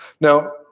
Now